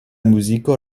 muziko